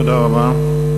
תודה רבה.